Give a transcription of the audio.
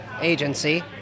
agency